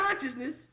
consciousness